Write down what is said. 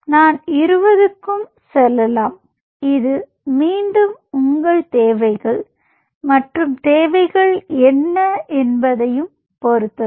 நான் 20 க்கும் செல்லலாம் இது மீண்டும் உங்கள் தேவைகள் மற்றும் தேவைகள் என்ன என்பதைப் பொறுத்தது